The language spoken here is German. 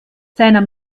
seiner